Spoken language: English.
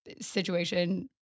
situation